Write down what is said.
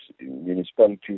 municipalities